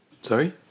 Sorry